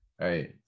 hey